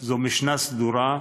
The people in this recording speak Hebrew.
זאת משנה סדורה,